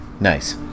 Nice